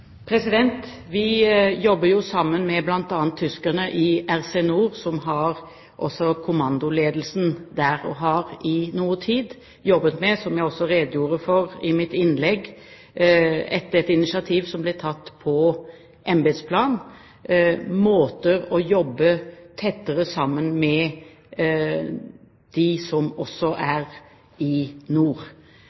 Vi jobber jo sammen med bl.a. tyskerne i RC Nord, som har kommandoledelsen der, og vi har i noen tid, som jeg også redegjorde for i mitt innlegg, jobbet med et initiativ som ble tatt på embetsplan om måter å jobbe tettere sammen med dem som også er i nord.